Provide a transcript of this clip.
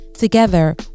Together